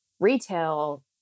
retail